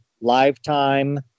Lifetime